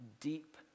deep